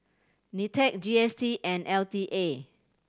NITEC G S T and L T A